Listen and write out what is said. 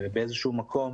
באיזשהו מקום,